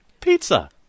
Pizza